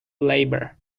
labor